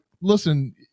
listen